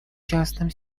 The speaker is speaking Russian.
частным